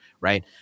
right